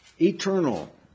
eternal